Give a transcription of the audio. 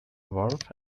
warmth